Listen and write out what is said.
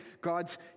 God's